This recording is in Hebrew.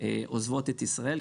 עוזבות את ישראל,